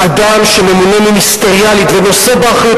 האדם שממונה מיניסטריאלית ונושא באחריות